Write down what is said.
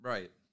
Right